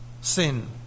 sin